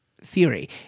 Theory